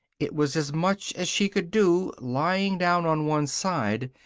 it was as much as she could do, lying down on one side,